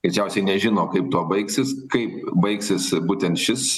greičiausiai nežino kaip tuo baigsis kaip baigsis būtent šis